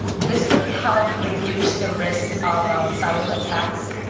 this would help reduce the risk of um sybil attacks.